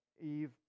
Eve